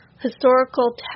historical